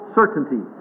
certainty